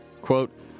quote